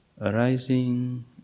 arising